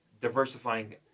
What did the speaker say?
Diversifying